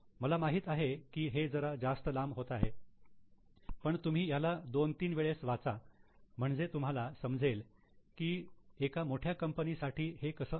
मला माहित आहे की हे जरा जास्त लांब होत आहे पण तुम्ही ह्याला दोन तीन वेळेस वाचा म्हणजे तुम्हाला समजेल की एका मोठ्या कंपनी साठी हे कसं असतं